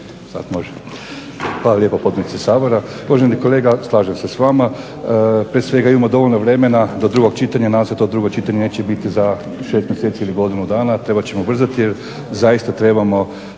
se. Hvala lijepo potpredsjedniče Sabora. Uvaženi kolega slažem se s vama. Prije svega imamo dovoljno vremena do drugog čitanja. Nadam se da to drugo čitanje neće biti za 6 mjeseci ili godinu dana. Trebat ćemo ubrzati jer zaista trebamo